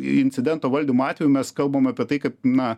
incidento valdymo atveju mes kalbam apie tai kad na